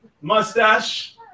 mustache